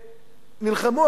שנלחמו אחד בשני,